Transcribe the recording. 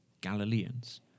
Galileans